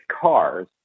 cars